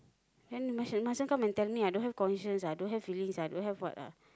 then macam macam come and tell me I don't have conscience I don't have feelings I don't have what ah